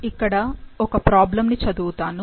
ఇక్కడ ఒక ప్రాబ్లమ్ ని చదువుతాను